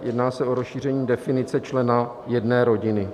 Jedná se o rozšíření definice člena jedné rodiny.